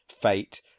fate